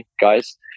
guys